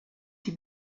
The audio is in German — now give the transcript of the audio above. die